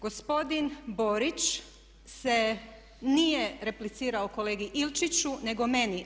Gospodin Borić se nije replicirao kolegi Ilčiću nego meni.